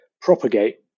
propagate